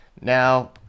Now